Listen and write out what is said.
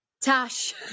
Tash